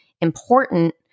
important